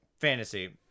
fantasy